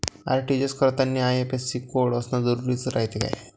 RTGS करतांनी IFSC code असन जरुरी रायते का?